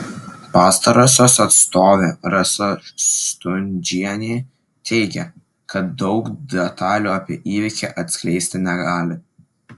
pastarosios atstovė rasa stundžienė teigė kad daug detalių apie įvykį atskleisti negali